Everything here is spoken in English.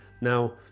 Now